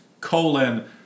colon